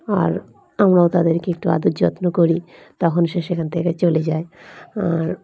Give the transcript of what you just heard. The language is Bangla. আর আমরাও তাদেরকে একটু আদর যত্ন করি তখন সে সেখান থেকে চলে যায় আর